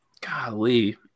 Golly